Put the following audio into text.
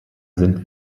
sind